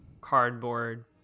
cardboard